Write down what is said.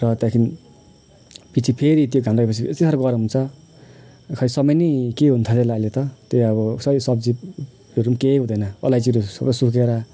र त्यहाँदेखि पिछे फेरि त्यो घाम लाग्योपछि यति साह्रो गरम हुन्छ खै समय नै के हुनथाल्यो होला अहिले त त्यही अब सही सब्जीहरू केही हुँदैन अलैँचीहरू सबै सुकेर